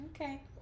Okay